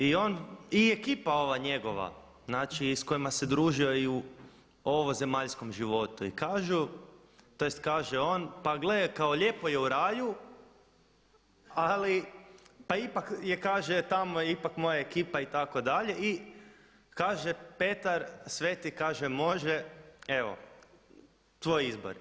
I on, i ekipa ova njegova, znači s kojima se družio i u ovozemaljskom životu i kažu, tj. kaže on pa gle, kao lijepo je u raju, ali pa ipak je kaže tamo je ipak moja ekipa itd. i kaže Petar Sveti kaže može, evo tvoj izbor.